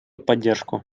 поддержку